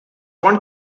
one